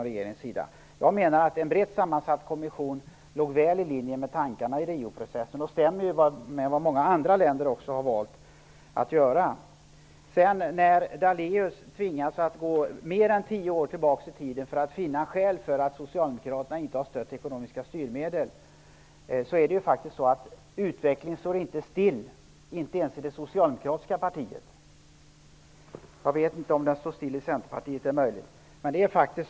Förslaget om en bred sammansatt kommission låg väl i linje med tankarna i Rioprocessen. Det överensstämmer med vad också många andra länder har valt att göra. Lennart Daléus tvingades att gå mer än tio år tillbaka i tiden för att finna att Socialdemokraterna inte har stött ekonomiska styrmedel. Men tiden står faktiskt inte stilla, inte ens i det socialdemokratiska partiet. Jag vet inte om den står stilla i Centerpartiet. Det är möjligt.